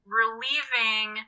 relieving